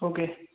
okay